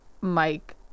Mike